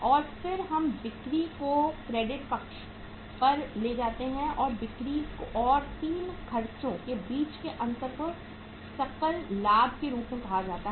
और फिर हम बिक्री को क्रेडिट पक्ष पर ले जाते हैं और बिक्री और इन 3 खर्चों के बीच के अंतर को सकल लाभ के रूप में कहा जाता है